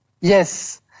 Yes